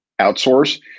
outsource